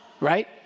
right